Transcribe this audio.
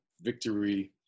victory